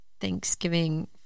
thanksgiving